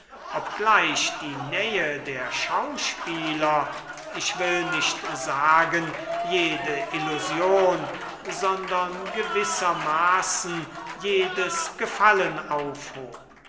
obgleich die nähe der schauspieler ich will nicht sagen jede illusion sondern gewissermaßen jedes gefallen aufhob